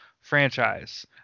franchise